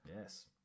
Yes